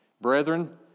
Brethren